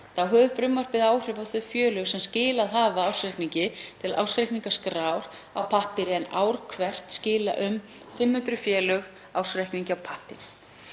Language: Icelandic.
Þá hefur frumvarpið áhrif á þau félög sem skilað hafa ársreikningi til ársreikningaskrár á pappír en ár hvert skila um 500 félög ársreikningi á pappír.